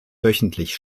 wöchentlich